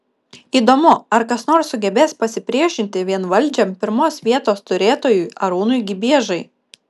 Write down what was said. įdomu ar kas nors sugebės pasipriešinti vienvaldžiam pirmos vietos turėtojui arūnui gibiežai